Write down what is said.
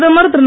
பிரதமர் திரு